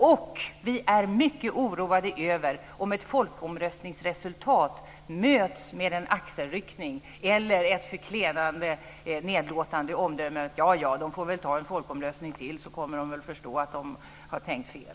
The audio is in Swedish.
Och vi är mycket oroade över om ett folkomröstningsresultat möts med en axelryckning eller med det förklenande, nedlåtande omdömet: Jaja, de får väl ha en folkomröstning till, så kommer de att förstå att de har tänkt fel.